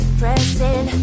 pressing